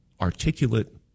articulate